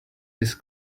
his